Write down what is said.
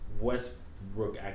Westbrook